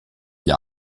gli